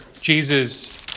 Jesus